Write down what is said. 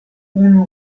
unu